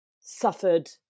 suffered